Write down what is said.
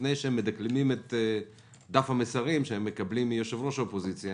לפני שהם מדקלמים את דף המסרים שהם מקבלים מיושב-ראש האופוזיציה